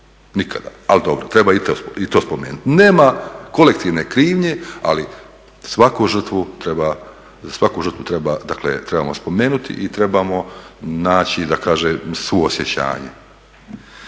nikada, ali dobro, treba i to spomenuti. Nema kolektivne krivnje, ali svaku žrtvu trebamo spomenuti i trebamo naći suosjećanje.